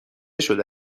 شده